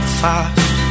fast